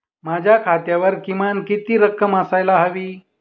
माझ्या खात्यावर किमान किती रक्कम असायला हवी?